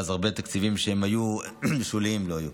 ואז הרבה תקציבים שהיו שוליים, לא יהיו.